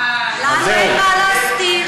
אה, לנו אין מה להסתיר.